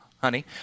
honey